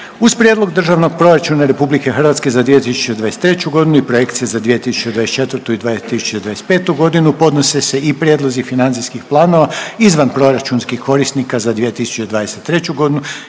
Uz Prijedlog Državnog proračuna Republike Hrvatske za 2023. godinu i projekcija za 2024. i 2025. godinu, podnose se i: Prijedlozi financijskih planova izvanproračunskih korisnika za 2023. godinu